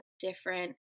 different